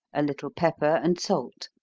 a little pepper and salt.